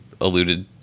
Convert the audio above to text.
alluded